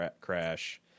Crash